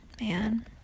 man